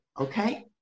Okay